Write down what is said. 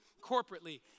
corporately